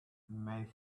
made